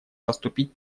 поступить